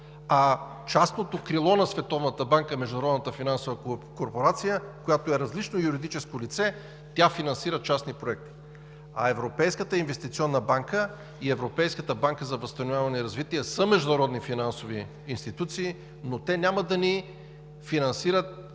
а частното крило на Световната банка е Международната финансова корпорация, която е различно юридическо лице, тя финансира частни проекти. А Европейската инвестиционна банка и Европейската банка за възстановяване и развитие са международни финансови институции, но те няма да ни финансират